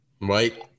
Right